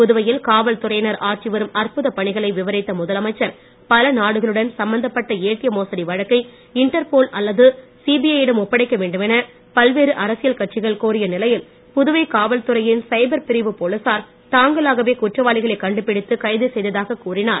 புதுவையில் காவல்துறையினர் ஆற்றிவரும் அற்புத பணிகளை விவரித்த முதலமைச்சர் பல நாடுகளுடன் சம்பந்தப்பட்ட ஏடிஎம் மோசடி வழக்கை இண்டர்போல் அல்லது சிபிஐ யிடம் ஒப்படைக்க வேண்டுமென பல்வேறு அரசியல் கட்சிகள் கோரிய நிலையில் புதுவை காவல்துறையின் சைபர் பிரிவு போலீசார் தாங்களாகவே குற்றவாளிகளைக் கண்டுபிடித்து கைது செய்ததாகக் கூறினார்